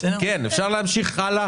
אפשר להמשיך הלאה?